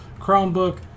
Chromebook